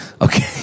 Okay